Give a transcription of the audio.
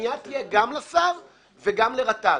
הפנייה תהיה גם לשר וגם לרט"ג,